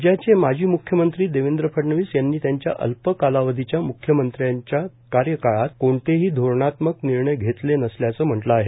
राज्याचे माजी मुख्यमंत्री देवेंद्र फडणवीस यांनी अल्प कालावधीच्या मुख्यमंत्र्यांच्या कार्यकाळात कोणतेही धोरणात्मक निर्णय घेतले नसल्याचं म्हटलं आहे